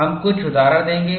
हम कुछ उदाहरण देखेंगे